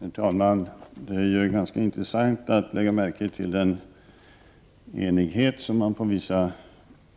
Herr talman! Det är ganska intressant att lägga märke till den enighet som debattörerna på vissa